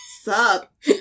suck